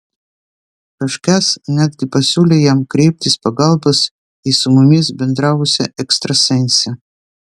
kažkas netgi pasiūlė jam kreiptis pagalbos į su mumis bendravusią ekstrasensę